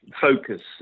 focus